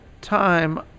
time